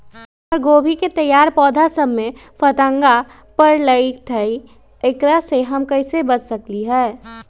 हमर गोभी के तैयार पौधा सब में फतंगा पकड़ लेई थई एकरा से हम कईसे बच सकली है?